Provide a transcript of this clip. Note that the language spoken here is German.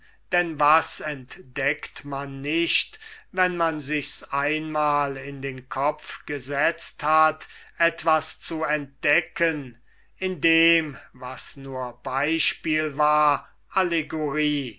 denn was entdeckt man nicht wenn man sichs einmal in den kopf gesetzt hat etwas zu entdecken in dem was nur beispiel war allegorie